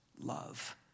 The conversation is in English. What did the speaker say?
love